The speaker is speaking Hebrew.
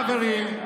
חברים,